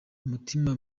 umutima